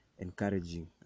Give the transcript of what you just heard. Encouraging